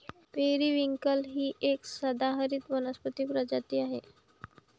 periwinkle ही एक सदाहरित वनस्पती प्रजाती आहे